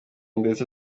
ndetse